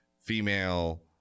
female